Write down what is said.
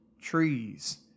trees